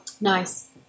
Nice